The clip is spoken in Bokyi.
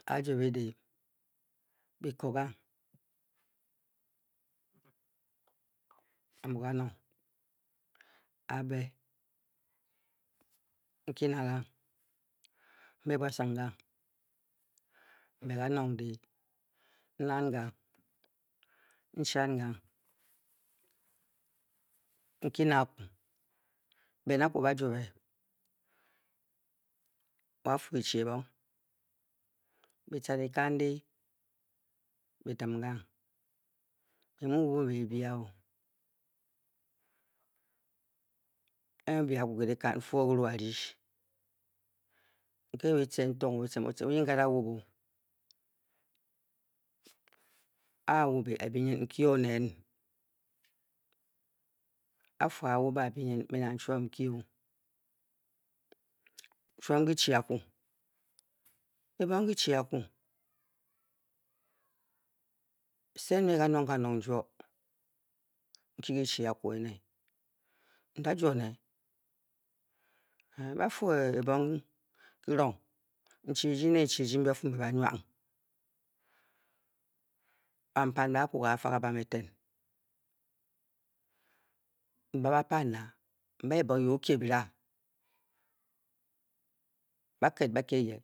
A a-juobe de? buco gang? a mu ganong? a-be? nki na gang mbe buasung gang? mbe kanong de nnan gang? nchan gang? nki na akwu ben a kwu ba jwo be? byi dim gang mme m mui n wubbing bebia o, A-a bi byi akwu ke dikan n-fwa o. kyiru a rydi e ebyi tce n tongh o oteim, otcim mu yen a-a wubbing a byi nyin n-kye nen a-a fu a-a wubbing a byi myin mme nang chwom n kye o chwom chi akwu? ebong ki chi akwu? sed me kanong kanong n jwo n ki ki chi a kwu e ne n da jwo ne ba. fuu ebong kirong? ndue eji ne ndue eji ba fuu mbe ba nwang? banpan mbe akwu ke kafa bam eten? mbe ba pan n na? byira? ba ked ba kye ye?